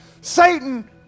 satan